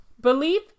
belief